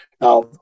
Now